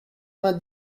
vingt